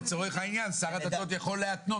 לצורך העניין, שר הדתות יכול להתנות